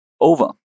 over